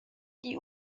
die